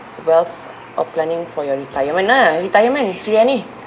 wealth or planning for your retirement nah retirement suriani